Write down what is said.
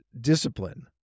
discipline